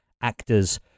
actors